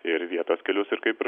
ir vietos kelius ir kaip ir